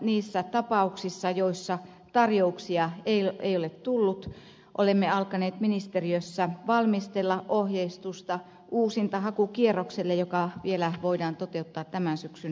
niissä tapauksissa joissa tarjouksia ei ole tullut olemme alkaneet ministeriössä valmistella ohjeistusta uusintahakukierrokselle joka voidaan toteuttaa vielä tämän syksyn aikana